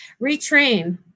retrain